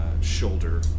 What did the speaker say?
shoulder